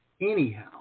Anyhow